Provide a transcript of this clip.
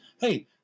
Hey